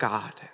God